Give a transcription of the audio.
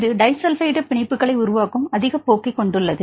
இது டைஸல்பைடு பிணைப்புகளை உருவாக்கும் அதிக போக்கைக் கொண்டுள்ளது